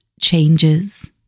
changes